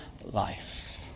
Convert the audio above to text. life